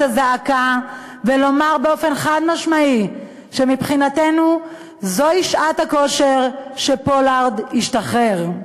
הזעקה ולומר באופן חד-משמעי שמבחינתנו זוהי שעת הכושר שפולארד ישתחרר.